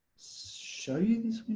show you this